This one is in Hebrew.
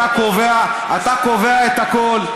אתה קובע את הכול.